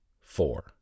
four